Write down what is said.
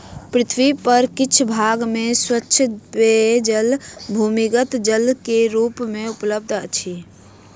पृथ्वी पर किछ भाग में स्वच्छ पेयजल भूमिगत जल के रूप मे उपलब्ध अछि